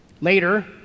Later